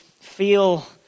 feel